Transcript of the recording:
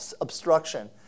obstruction